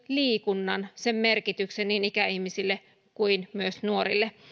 liikunnan sen merkityksen niin ikäihmisille kuin myös nuorille